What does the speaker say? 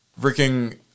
freaking